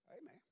Amen